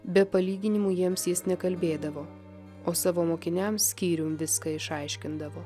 be palyginimų jiems jis nekalbėdavo o savo mokiniams skyrium viską išaiškindavo